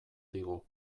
digu